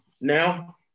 now